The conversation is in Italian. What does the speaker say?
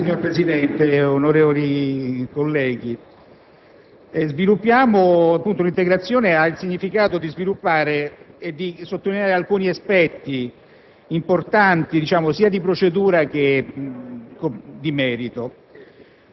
*relatore*. Signor Presidente, onorevoli colleghi, l'integrazione ha il significato di sviluppare e sottolineare alcuni aspetti importanti sia di procedura che di